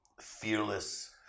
fearless